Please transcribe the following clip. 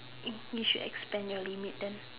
you you should expand your limit then